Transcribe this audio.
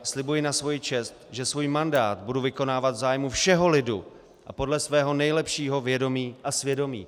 Slibuji na svoji čest, že svůj mandát budu vykonávat v zájmu všeho lidu a podle svého nejlepšího vědomí a svědomí.